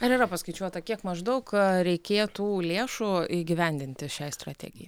ar yra paskaičiuota kiek maždaug reikėtų lėšų įgyvendinti šiai strategijai